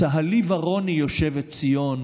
צהלי ורוני יושבת ציון,